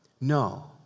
No